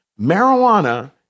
marijuana